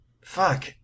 Fuck